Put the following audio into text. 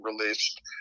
released